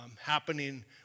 happening